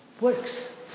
works